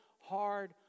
hard